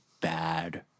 bad